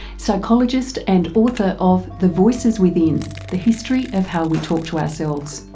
psychologist and author of the voices within the history of how we talk to ourselves.